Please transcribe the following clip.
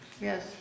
Yes